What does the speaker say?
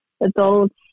adults